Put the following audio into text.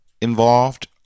involved